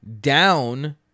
down